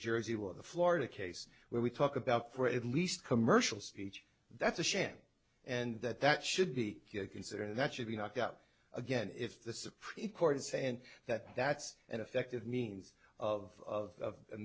jersey with the florida case where we talk about for at least commercial speech that's a sham and that that should be considered that should be knocked out again if the supreme court is saying that that's an effective means of